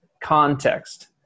context